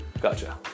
gotcha